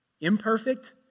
Imperfect